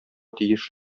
тиеш